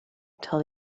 until